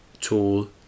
tool